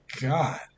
God